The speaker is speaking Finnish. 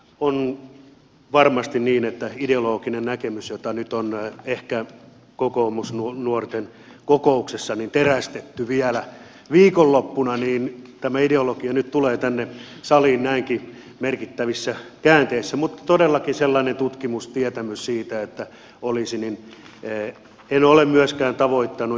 on varmasti niin että ideologinen näkemys jota nyt on ehkä kokoomusnuorten kokouksessa terästetty vielä viikonloppuna nyt tulee tänne saliin näinkin merkittävissä käänteissä mutta todellakaan sellaista tutkimustietämystä asiasta en ole myöskään tavoittanut